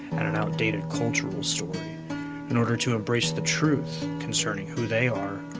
and an outdated cultural story in order to embrace the truth concerning who they are,